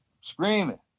Screaming